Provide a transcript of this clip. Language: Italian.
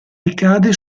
ricade